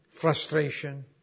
frustration